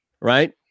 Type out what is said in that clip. right